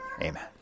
amen